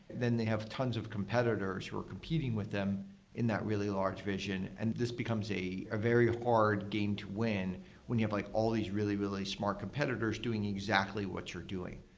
then they have tons of competitors who are competing with them in that really large vision. and this becomes a very hard game to win when you have like all these really, really smart competitors doing exactly what you're doing.